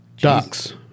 Ducks